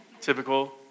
Typical